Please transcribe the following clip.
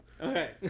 Okay